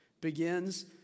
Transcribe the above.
begins